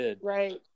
right